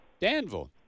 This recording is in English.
Danville